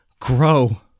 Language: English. grow